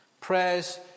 Prayers